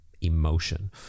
emotion